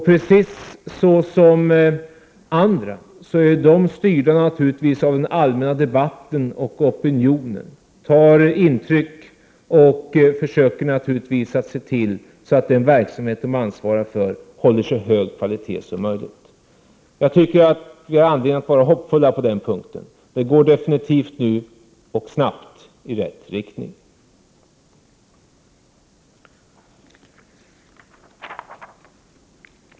Precis som andra människor är naturligtvis kommunalpolitikerna styrda av den allmänna debatten och opinionen och tar intryck och försöker se till att den verksamhet som de ansvarar för håller så hög kvalitet som möjligt. Jag tycker att vi har anledning att vara hoppfulla på den punkten. Det går nu snabbt i rätt riktning.